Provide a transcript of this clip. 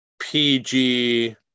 p-g